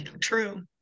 true